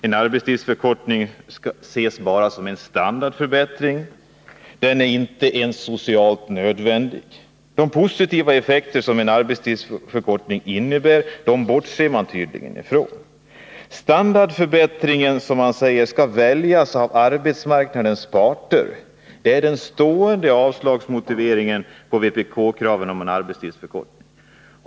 En arbetstidsförkortning ses mera som en standardförbättring, som inte ens är socialt nödvändig. De positiva effekter som en arbetstidsförkortning innebär bortser man tydligen från. Standardförbättringen, som man säger skall väljas av arbetsmarknadens parter, är den stående avslagsmotiveringen i vpk-kraven på arbetstidsförkortning.